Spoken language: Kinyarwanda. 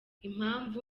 impamvu